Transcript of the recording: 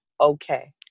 okay